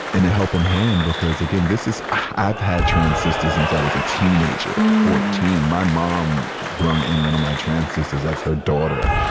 in a helping hand, because, again, this is, i've had tran sisters since i was a teenager, at fourteen, my mom brung in one of my tran sisters as her daughter,